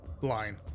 Line